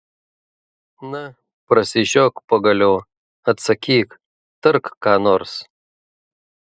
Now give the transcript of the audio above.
na prasižiok pagaliau atsakyk tark ką nors